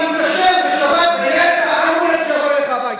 תוכל להתקשר בשבת לאמבולנס שיבוא אליך הביתה,